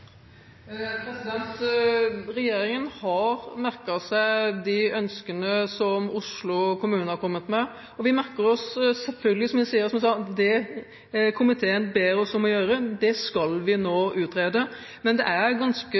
Regjeringen har merket seg de ønskene som Oslo kommune har kommet med, og som jeg sa, merker vi oss selvfølgelig det komiteen ber oss om å gjøre. Det skal vi nå utrede. Men det er ganske